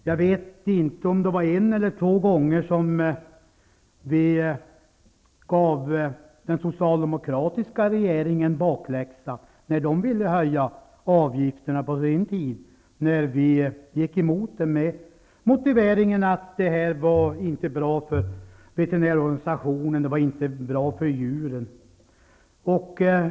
Jag vet inte om det var en eller två gånger som vi gav den socialdemokratiska regeringen bakläxa när den ville höja avgifterna på sin tid. Vi gick emot det med motiveringen att höjningen inte var bra för veterinärorganisationen och inte bra för djuren.